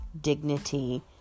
dignity